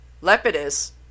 Lepidus